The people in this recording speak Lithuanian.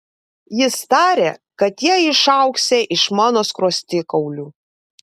jis tarė kad jie išaugsią iš mano skruostikaulių